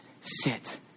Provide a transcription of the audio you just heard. sit